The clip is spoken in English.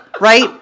Right